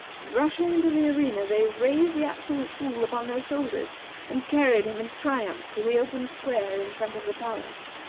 rushing into the arena, they raised the absolute fool upon their shoulders and carried him in triumph to the open square in front of the palace,